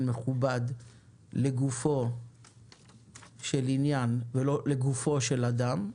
מכובד לגופו של ענין ולא לגופו של אדם,